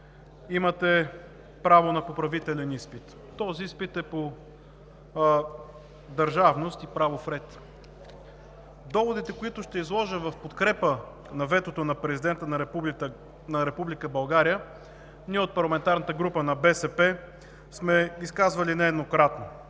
имате право на поправителен изпит. Този изпит е по държавност и правов ред. Доводите, които ще изложа в подкрепа на ветото на президента на Република България, ние – от парламентарната група на БСП, сме изказвали нееднократно.